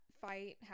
fight